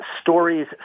stories